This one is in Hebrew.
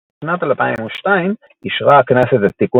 בשנת 2002 אישרה הכנסת את תיקון מס'